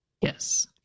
yes